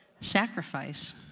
Sacrifice